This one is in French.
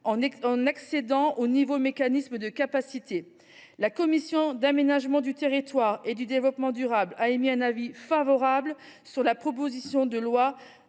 en accédant au nouveau mécanisme de capacité. La commission d’aménagement du territoire et du développement durable a émis un avis favorable sur la proposition de loi